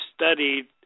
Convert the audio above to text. studied